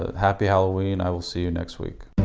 happy halloween, i will see you next week